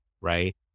right